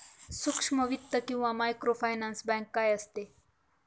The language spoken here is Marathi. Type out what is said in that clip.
सूक्ष्म वित्त किंवा मायक्रोफायनान्स बँक काय असते?